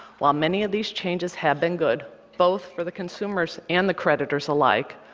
while many of these changes have been good, both for the consumers and the creditors alike,